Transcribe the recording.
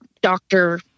doctor